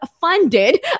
funded